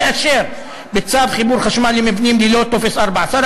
לאשר בצו חיבור חשמל למבנים ללא טופס 4. שר